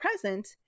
present